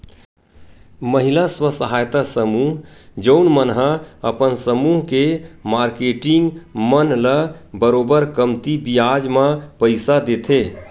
महिला स्व सहायता समूह जउन मन ह अपन समूह के मारकेटिंग मन ल बरोबर कमती बियाज म पइसा देथे